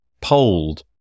polled